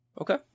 Okay